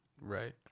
Right